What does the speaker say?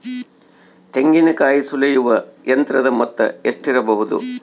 ತೆಂಗಿನಕಾಯಿ ಸುಲಿಯುವ ಯಂತ್ರದ ಮೊತ್ತ ಎಷ್ಟಿರಬಹುದು?